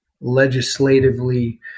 legislatively